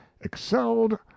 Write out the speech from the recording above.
excelled